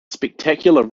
spectacular